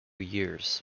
years